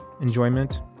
enjoyment